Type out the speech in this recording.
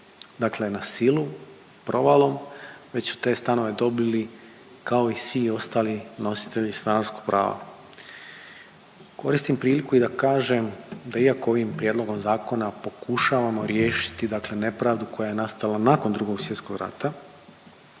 dakle na silu, provalom, već su te stanove dobili kao i svi ostali nositelji stanarskog prava. Koristim priliku i da kažem da iako ovim prijedlogom zakona pokušavamo riješiti dakle nepravdu koja je nastala nakon Drugog svjetskog rata,